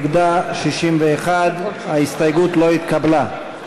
נגדה, 61. ההסתייגות לא התקבלה.